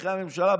אחרי הממשלה,